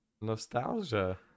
Nostalgia